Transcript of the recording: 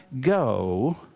go